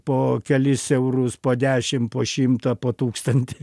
po kelis eurus po dešim po šimtą po tūkstantį